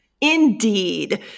Indeed